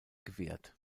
gewährt